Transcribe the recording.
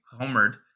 Homered